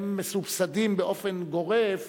הם מסובסדים באופן גורף